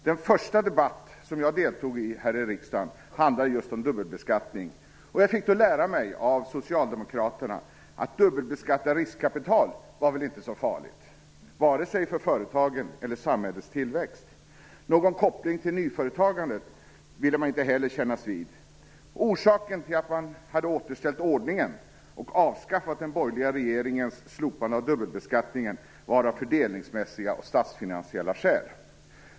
Den första debatt som jag deltog i här i riksdagen handlade just om dubbelbeskattning, och jag fick då lära mig av socialdemokraterna att dubbelbeskattning av riskkapital väl inte var så farlig, varken sig för företagen eller för samhällets tillväxt. Någon koppling till nyföretagandet ville man inte heller kännas vid. Orsakerna till att man hade återställt ordningen och avskaffat den borgerliga regeringens slopande av dubbelbeskattningen var av fördelningmässiga och statsfinansiella skäl.